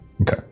Okay